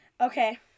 Okay